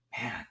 man